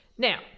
Now